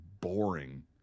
boring